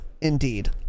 indeed